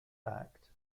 act